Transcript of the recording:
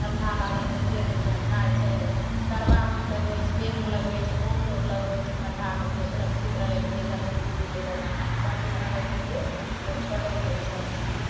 ठण्डा लागै छै पेट मे खाइ छै तरबा मे भी लगबै छै पेट मे लगबै छै मुँह मे लोग लगबै छै ठण्डा के लिए सुरक्षित रहै के लिए गर्मी के दिन एलै बढियाँ रहै के लिए लोक करै छै ऊ सब चीज